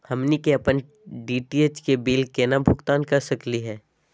हमनी के अपन डी.टी.एच के बिल केना भुगतान कर सकली हे?